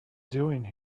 doing